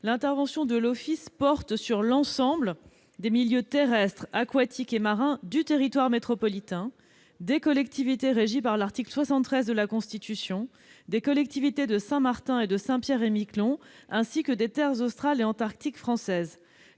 de la biodiversité porte sur l'ensemble des milieux terrestres, aquatiques et marins du territoire métropolitain, des collectivités régies par l'article 73 de la Constitution, des collectivités de Saint-Martin et de Saint-Pierre-et-Miquelon ainsi que des Terres australes et antarctiques françaises.